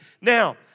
Now